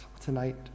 tonight